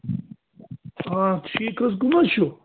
آ ٹھیٖک حظ کَم حظ چھُو